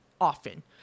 often